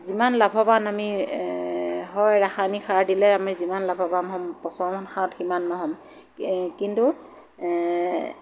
যিমান লাভৱান আমি হয় ৰাসায়নিক সাৰ দিলে আমি যিমান লাভৱান হ'ম পচন সাৰত সিমান নহ'ম কিন্তু